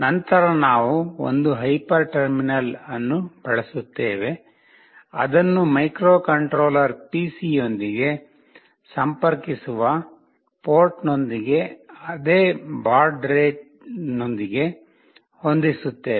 ನಂತರ ನಾವು ಒಂದು ಹೈಪರ್ ಟರ್ಮಿನಲ್ ಅನ್ನು ಬಳಸುತ್ತೇವೆ ಅದನ್ನು ಮೈಕ್ರೊಕಂಟ್ರೋಲರ್ ಪಿಸಿಯೊಂದಿಗೆ ಸಂಪರ್ಕಿಸಿರುವ ಪೋರ್ಟ್ನೊಂದಿಗೆ ಅದೇ ಬಾಡ್ ರೇಟ್ನೊಂದಿಗೆ ಹೊಂದಿಸುತ್ತೇವೆ